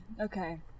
okay